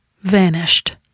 vanished